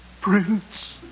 prince